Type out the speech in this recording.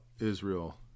Israel